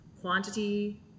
quantity